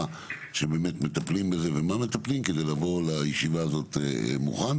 שהם באמת מטפלים בזה ומה מטפלים כדי לבוא לישיבה הזאת מוכן,